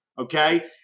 okay